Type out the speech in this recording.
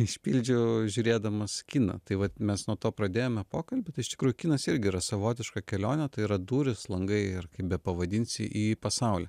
išpildžiau žiūrėdamas kiną tai vat mes nuo to pradėjome pokalbį tai iš tikrųjų kinas irgi yra savotiška kelionė tai yra durys langai ar kaip bepavadinsi į pasaulį